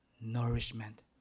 nourishment